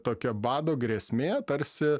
tokia bado grėsmė tarsi